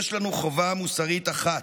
יש לנו חובה מוסרית אחת,